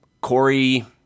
Corey